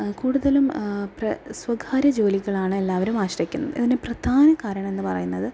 കൂടുതലും പ്ര സ്വകാര്യ ജോലികളാണ് എല്ലാവരും ആശ്രയിക്കുന്നത് ഇതിന് പ്രധാന കാരണം എന്നുപറയുന്നത്